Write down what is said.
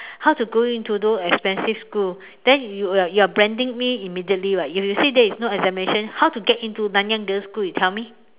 how to go into those expensive school then you you are branding me immediately [what] if you say there is no examinations how to get into Nanyang girls school you tell me